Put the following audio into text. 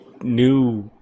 new